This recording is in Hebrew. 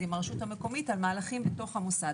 עם הרשות המקומית על מהלכים במוסד,